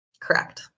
Correct